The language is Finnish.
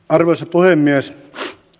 arvoisa puhemies